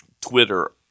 Twitter